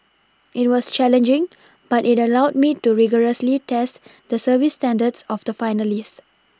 it was challenging but it allowed me to rigorously test the service standards of the finalist